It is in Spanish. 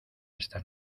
esta